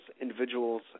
individuals